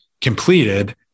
completed